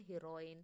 heroine